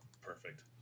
Perfect